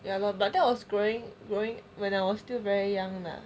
ya lor but that was growing growing when I was still very young lah